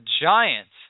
Giants